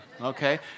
Okay